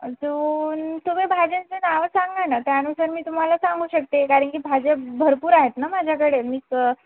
अजून तुम्ही भाज्यांचं नाव सांगा ना त्यानुसार मी तुम्हाला सांगू शकते कारण की भाज्या भरपूर आहेत ना माझ्याकडे मीच